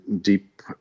deep